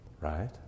right